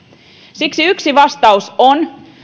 siksi yksi vastaus on